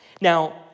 Now